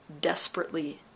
desperately